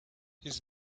his